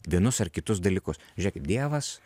vienus ar kitus dalykus žiūrėkit dievas